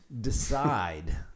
decide